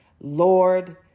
Lord